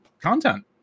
content